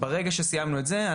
ברגע שסיימנו את זה,